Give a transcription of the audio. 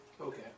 Okay